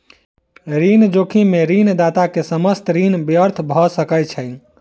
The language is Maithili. ऋण जोखिम में ऋणदाता के समस्त ऋण व्यर्थ भ सकै छै